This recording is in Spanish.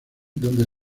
donde